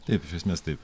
taip iš esmės taip